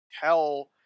tell